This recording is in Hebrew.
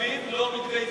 בתל-אביב לא מתגייסים.